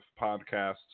podcasts